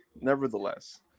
nevertheless